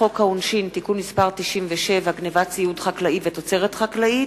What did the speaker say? לקריאה שנייה ולקריאה שלישית,